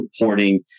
reporting